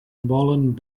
volen